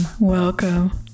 Welcome